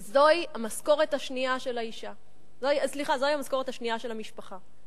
שזוהי המשכורת השנייה של המשפחה.